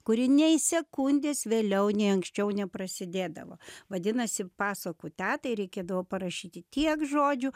kuri nei sekundės vėliau nei anksčiau neprasidėdavo vadinasi pasakų tetai reikėdavo parašyti tiek žodžių